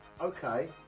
okay